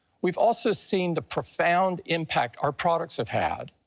we've also seen the profound impact our products have had.